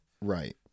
Right